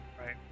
Right